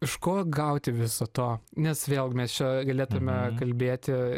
iš ko gauti viso to nes vėl mes čia galėtume kalbėti